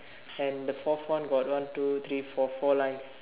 and the forth one got one two three four four lines